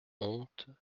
honte